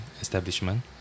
Establishment